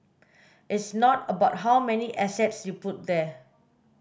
it's not about how many assets you put there